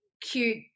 cute